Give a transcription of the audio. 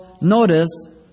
notice